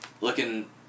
looking